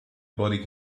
body